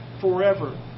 forever